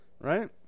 Right